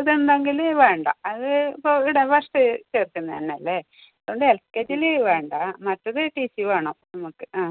ഇതുണ്ടെങ്കിൽ വേണ്ട അത് ഇപ്പോൾ ഇവിടെ ഫസ്റ്റ് ചേർക്കുന്നത് തന്നെയല്ലേ അതുകൊണ്ട് എൽ കെ ജിയിൽ വേണ്ട മറ്റേത് ടിസി വേണം നമ്മൾക്ക് ആ